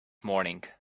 morning